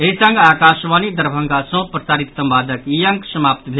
एहि संग आकाशवाणी दरभंगा सँ प्रसारित संवादक ई अंक समाप्त भेल